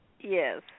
Yes